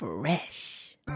fresh